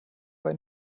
bei